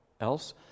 else